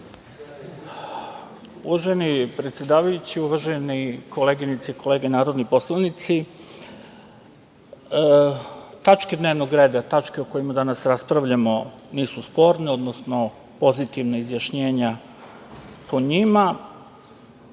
Uvaženi predsedavajući, uvažene koleginice i kolege narodni poslanici, tačke dnevnog reda, tačke o kojima danas raspravljamo nisu sporne, odnosno pozitivna izjašnjenja o njima. Kada